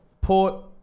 Port